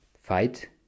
fight